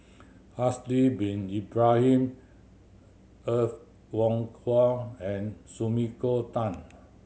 Haslir Bin Ibrahim Er Kwong Wah and Sumiko Tan